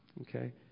Okay